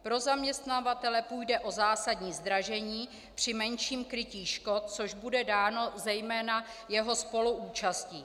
Pro zaměstnavatele půjde o zásadní zdražení při menším krytí škod, což bude dáno zejména jeho spoluúčastí.